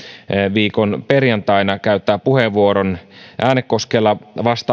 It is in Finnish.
viikon perjantaina käyttää puheenvuoron äänekoskella vasta